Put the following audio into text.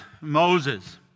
Moses